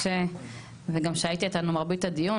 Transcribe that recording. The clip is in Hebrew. משה וגם שהיית איתנו מרבית הדיון,